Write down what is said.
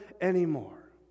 anymore